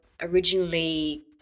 originally